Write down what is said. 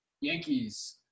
Yankees